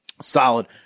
solid